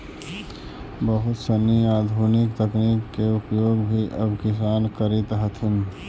बहुत सनी आधुनिक तकनीक के उपयोग भी अब किसान करित हथिन